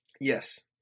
Yes